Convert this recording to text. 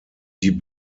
die